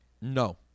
No